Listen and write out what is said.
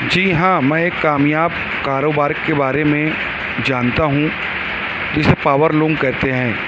جی ہاں میں ایک کامیاب کاروبار کے بارے میں جانتا ہوں جسے پاور لوم کہتے ہیں